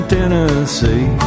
Tennessee